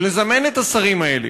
לזמן את השרים האלה.